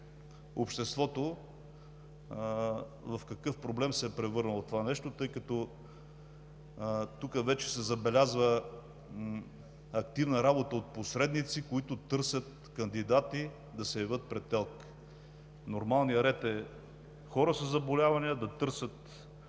обществото в какъв проблем се е превърнало това нещо, тъй като тук вече се забелязва активна работа от посредници, които търсят кандидати да се явят пред ТЕЛК. Нормалният ред е хора със заболявания да търсят